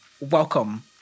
welcome